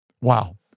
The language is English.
wow